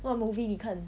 what movie 你看